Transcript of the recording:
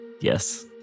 Yes